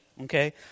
okay